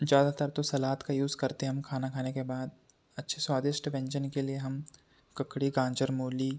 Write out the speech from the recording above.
ज़्यादातर तो सलाद का यूज़ करते हम खाना खाने के बाद अच्छे स्वादिष्ट व्यंजन के लिए हम ककड़ी गाजर मूली